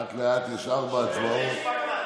לאט-לאט, יש ארבע הצבעות.